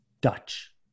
Dutch